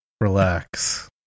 relax